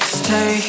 stay